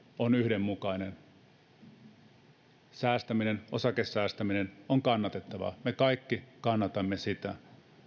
on yhdenmukainen eli se että säästäminen ja osakesäästäminen on kannatettavaa me kaikki kannatamme sitä